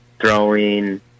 throwing